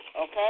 Okay